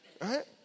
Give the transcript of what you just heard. right